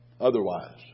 Otherwise